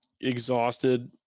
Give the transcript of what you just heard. exhausted